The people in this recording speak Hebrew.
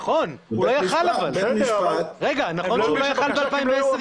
נכון שהוא לא יכל ב-2010 ,